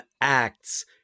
acts